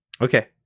Okay